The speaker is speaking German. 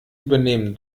übernehmen